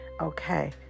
Okay